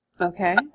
Okay